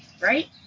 right